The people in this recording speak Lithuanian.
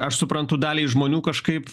aš suprantu daliai žmonių kažkaip